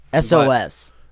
SOS